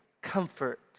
comfort